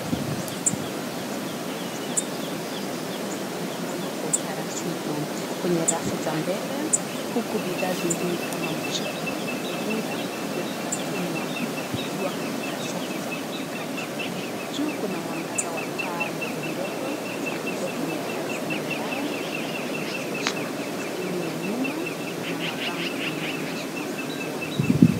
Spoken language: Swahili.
Mikate ya aina mbalimbali imepangwa kwa utaratibu, kwenye rafu za mbele. Huku bidhaa zingine kama mchele, unga na vitafunwa vikiwa katika safu za katikati. Juu kuna mwangaza wa taa ndogo ndogo zilizo kwenye dari lenye mbao za kupendezesha, Sehemu ya nyuma ina mabango yenye maandishi makubwa.